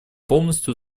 полностью